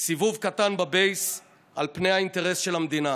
סיבוב קטן בבייס על פני האינטרס של המדינה.